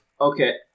Okay